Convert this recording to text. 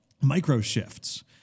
micro-shifts